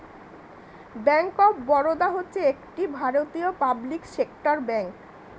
bank of Baroda হচ্ছে একটি ভারতীয় পাবলিক সেক্টর ব্যাঙ্ক